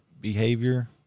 behavior